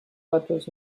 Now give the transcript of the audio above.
letters